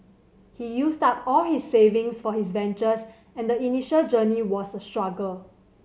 he used up all his savings for his ventures and the initial journey was a struggle